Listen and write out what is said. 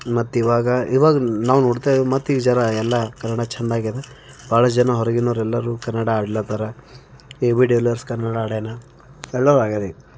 ಮತ್ತಿವಾಗ ಇವಾಗ ನಾವು ನೋಡ್ತಾ ಮತ್ತು ಈಗ ಜನ ಎಲ್ಲ ಕನ್ನಡ ಚೆಂದಾಗ್ಯದ ಬಹಳ ಜನ ಹೊರಗಿನವ್ರೆಲ್ಲರೂ ಕನ್ನಡ ಆಡ್ಲತ್ತಾರ A B de Villiers Kannada ಹಾಡ್ಯಾನ ಎಲ್ಲರು ಆಗ್ಯದ ಈಗ